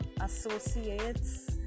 associates